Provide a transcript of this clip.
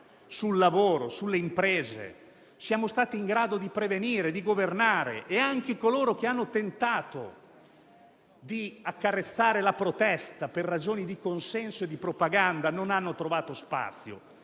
sul lavoro e sulle imprese siamo stati in grado di prevenirli e governarli. Anche coloro che hanno tentato di accarezzare la protesta per ragioni di consenso e di propaganda non hanno trovato spazio.